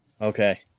Okay